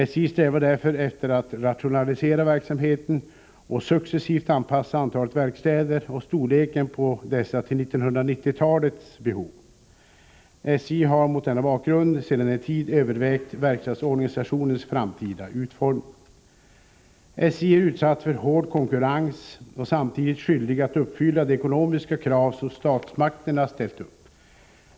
SJ strävar därför efter att rationalisera verksamheten och successivt anpassa antalet verkstäder och storleken på dessa till 1990-talets behov. SJ har mot denna bakgrund sedan en tid övervägt verkstadsorganisationens framtida utformning. SJ är utsatt för hård konkurrens och samtidigt skyldigt att uppfylla de ekonomiska krav som statsmakterna ställt upp.